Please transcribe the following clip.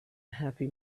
happy